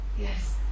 Yes